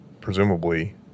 presumably